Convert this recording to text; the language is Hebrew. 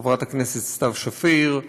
חברת הכנסת סתיו שפיר,